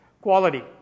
quality